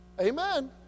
Amen